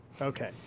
Okay